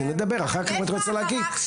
זה לא נכון --- סליחה,